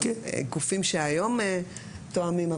גופים שהיום תואמים,